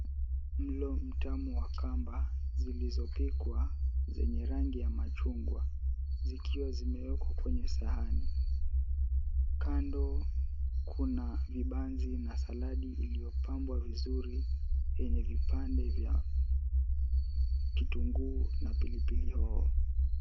Mlo mtamu wa kamba zilizo pikwa zenye rangi ya machungwa zikiwa zimewekwa kwenye sahani. Kando kuna vibanzi na salad ilipabwa vizuri yenye vipande vya kitunguu na pilipili hoho.